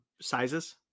sizes